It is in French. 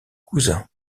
cousin